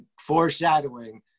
foreshadowing